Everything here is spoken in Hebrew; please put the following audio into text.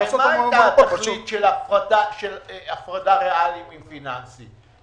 הרי מה הייתה התכלית של הפרדה ריאלית מפיננסית?